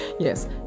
Yes